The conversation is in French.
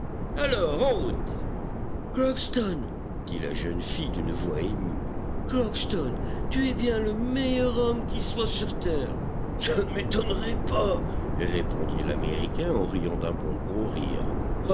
route crockston dit la jeune fille d'une voix émue crockston tu es bien le meilleur homme qui soit sur terre ca ne m'étonnerait pas répondit l'américain en riant d'un bon gros rire ah